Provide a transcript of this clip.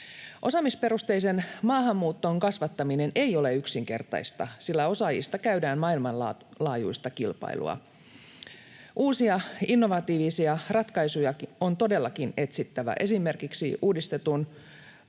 Osaamisperusteisen maahanmuuton kasvattaminen ei ole yksinkertaista, sillä osaajista käydään maailmanlaajuista kilpailua. Uusia innovatiivisia ratkaisuja on todellakin etsittävä, esimerkiksi uudistettu